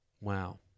Wow